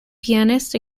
pianists